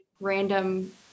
random